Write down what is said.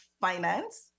finance